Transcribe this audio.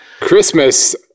Christmas